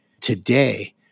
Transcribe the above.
Today